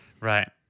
Right